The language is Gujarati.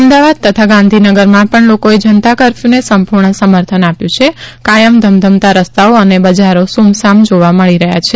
અમદાવાદ તથા ગાંધીનગરમાં પણ લોકોએ જનતા કર્ફ્યુને સંપૂર્ણ સમર્થન આપ્યું છે કાયમ ધમધમતા રસ્તાઓ તથા બજારો સૂમસામ જોવા મળી રહ્યા છે